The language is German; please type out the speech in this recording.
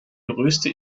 größte